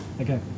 okay